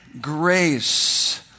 grace